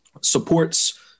supports